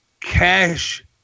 cash